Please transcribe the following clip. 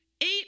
Eight